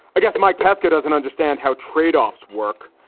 i guess mike pesca doesn't understand how trade offs work.